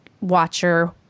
watcher